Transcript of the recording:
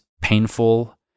painful